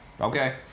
Okay